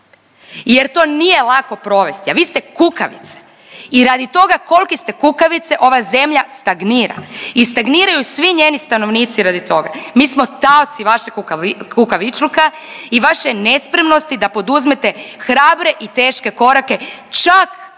jer to nije lako provesti, a vi ste kukavice i radi toga kolike ste kukavice, ova zemlja stagnira. I stagniraju svi njeni stanovnici radi toga. Mi smo taoci vašeg kukavičluka i vaše nespremnosti da poduzmete hrabre i teške korake, čak i kad